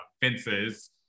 fences